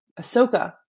Ahsoka